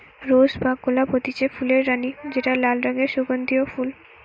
rose বা গোলাপ হতিছে ফুলের রানী যেটা লাল রঙের সুগন্ধিও ফুল